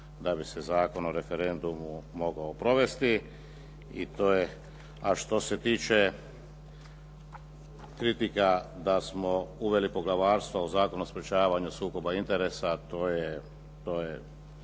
da bi se Zakon o referendumu mogao provesti i to je, a što se tiče kritika da smo uveli poglavarstvo u Zakon o sprječavanju sukoba interesa, to je